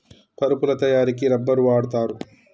పరుపుల తయారికి రబ్బర్ వాడుతారు